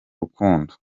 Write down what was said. rukundo